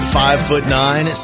five-foot-nine